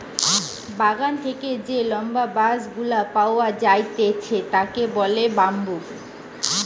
বাগান থেকে যে লম্বা বাঁশ গুলা পাওয়া যাইতেছে তাকে বলে বাম্বু